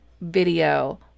video